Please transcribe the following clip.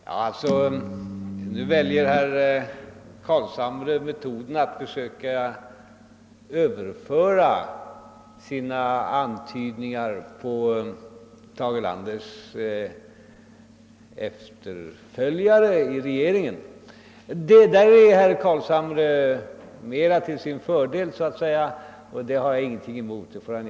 Herr talman! Nu väljer herr Carlshamre metoden att försöka överföra sina antydningar på Tage Erlanders efterföljare i regeringen, och det får han gärna göra — då är herr Carlshamre mer till sin fördel.